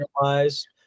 wise